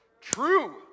true